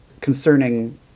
concerning